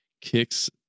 kicks